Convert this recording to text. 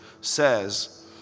says